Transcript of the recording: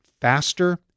faster